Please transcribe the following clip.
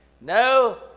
No